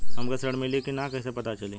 हमके ऋण मिली कि ना कैसे पता चली?